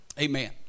amen